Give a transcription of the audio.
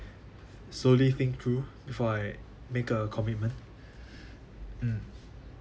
slowly think through before I make a commitment mm